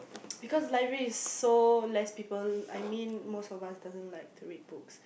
because library is so less people I mean most of us doesn't like to read books